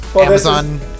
Amazon